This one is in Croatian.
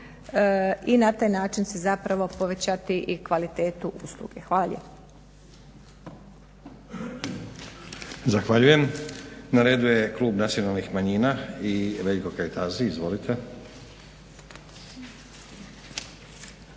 i na taj način se povećati i kvalitetu usluge. Hvala